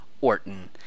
Orton